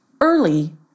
Early